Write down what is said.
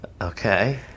Okay